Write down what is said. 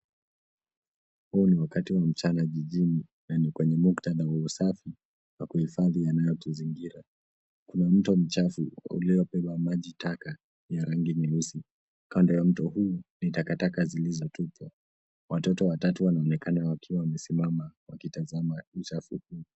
Huu ni wakati wa mchana jijini kwenye muktadha wa usafi wa kuhifadhi yanayotuzingira. Kuna mto mchafu uliobeba maji taka ya rangi nyeusi. Kando ya mto huu ni takataka zilizotupwa. Watoto watatu wanaonekana wakiwa wamesimama wakitazama uchafu huu.